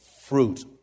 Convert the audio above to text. fruit